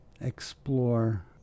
explore